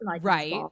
Right